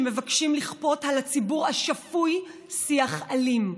שמבקשים לכפות על הציבור השפוי שיח אלים,